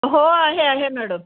हो आहे आहे मॅडम